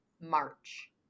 March